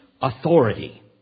authority